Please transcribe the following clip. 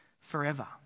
forever